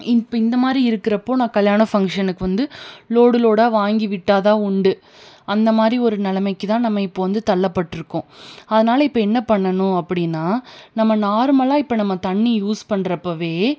இப்போ இந்தமாதிரி இருக்கிறப்போ நான் கல்யாணம் ஃபங்ஷனுக்கு வந்து லோடு லோடாக வாங்கி விட்டால் தான் உண்டு அந்த மாதிரி ஒரு நெலைமைக்கு தான் நம்ம இப்போது வந்து தள்ளப்பட்டிருக்கோம் அதனால் இப்போ என்ன பண்ணணும் அப்படின்னா நம்ம நார்மலாக இப்போ நம்ம தண்ணி யூஸ் பண்ணுறப்பவே